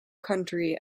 country